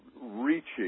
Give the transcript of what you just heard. Reaching